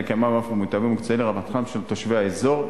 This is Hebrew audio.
לקיימם באופן מיטבי ומקצועי לרווחתם של תושבי האזור,